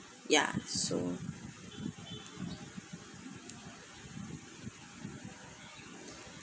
yeah so